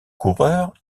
coureurs